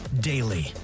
daily